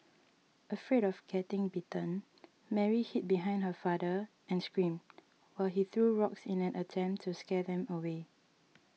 afraid of getting bitten Mary hid behind her father and screamed while he threw rocks in an attempt to scare them away